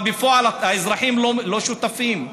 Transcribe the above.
אבל בפועל האזרחים לא שותפים,